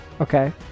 okay